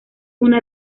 una